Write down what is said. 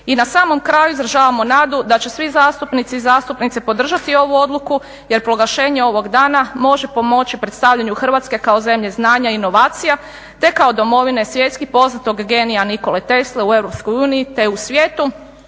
I na samom kraju izražavamo nadu da će svi zastupnici i zastupnice podržati ovu odluku jer proglašenje ovog dana može pomoći predstavljanju Hrvatske kao zemlje znanja i inovacija te kao domovine svjetski poznatog genija Nikole Tesle u EU te u svijetu,